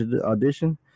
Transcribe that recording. audition